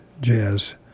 jazz